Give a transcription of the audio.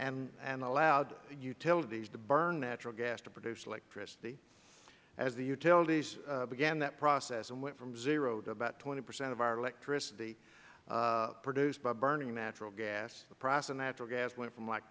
seven and allowed utilities to burn natural gas to produce electricity as the utilities began that process and went from zero to about twenty percent of our electricity produced by burning natural gas the price of natural gas went from like